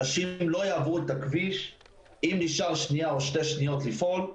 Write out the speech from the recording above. אנשים לא יעברו את הכביש אם נשארה שניה או שתי שניות לפעול,